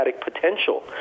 potential